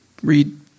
read